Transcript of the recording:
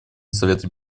совета